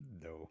No